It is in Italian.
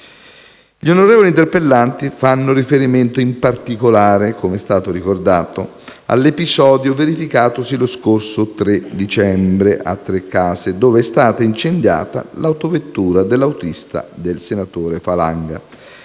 gli onorevoli interpellanti fanno riferimento, come è stato ricordato, all'episodio verificatosi lo scorso 3 dicembre a Trecase, dove è stata incendiata l'autovettura dell'autista del senatore Falanga.